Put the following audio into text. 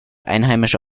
einheimische